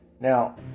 Now